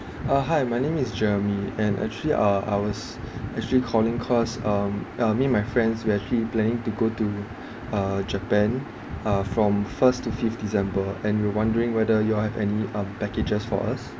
uh hi my name is jeremy and actually uh I was actually calling cause um uh me and my friends we're actually planning to go to uh japan uh from first to fifth december and we're wondering whether you all have any um packages for us